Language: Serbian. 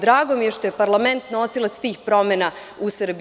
Drago mi je što je parlament nosilac tih promena u Srbiji.